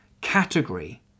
category